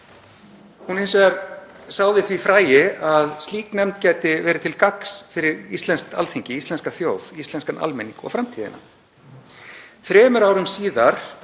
Hún sáði hins vegar því fræi að slík nefnd gæti verið til gagns fyrir íslenskt Alþingi, íslenska þjóð, íslenskan almenning og framtíðina. Þremur árum síðar